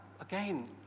again